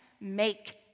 make